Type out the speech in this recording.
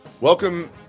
Welcome